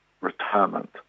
retirement